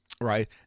Right